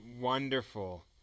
wonderful